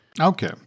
Okay